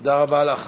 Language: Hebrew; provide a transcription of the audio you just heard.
תודה רבה לך,